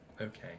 Okay